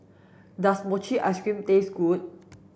does Mochi ice cream taste good